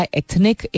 ethnic